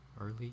Early